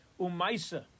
Umaisa